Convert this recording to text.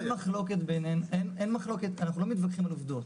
אין מחלוקת בינינו, אנחנו לא מתווכחים על עובדות.